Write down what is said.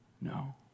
No